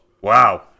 Wow